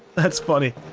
that's funny.